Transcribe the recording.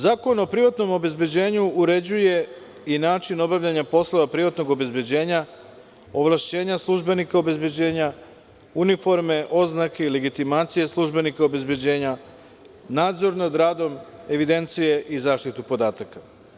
Zakon o privatnom obezbeđenju uređuje i način obavljanja poslova privatnog obezbeđenja, ovlašćenja službenika obezbeđenja, uniforme, oznake i legitimacije službenika obezbeđenja, nadzor nad radom evidencije i zaštitu podataka.